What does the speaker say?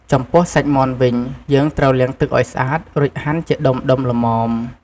ចំពោះសាច់មាន់វិញ យើងត្រូវលាងទឹកឱ្យស្អាត រួចហាន់ជាដុំៗល្មម។